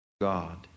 God